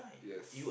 yes